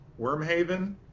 Wormhaven